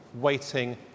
waiting